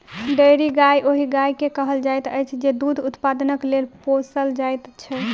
dairy गाय ओहि गाय के कहल जाइत अछि जे दूध उत्पादनक लेल पोसल जाइत छै